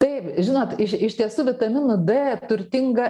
taip žinot iš iš tiesų vitaminu d turtinga